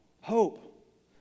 hope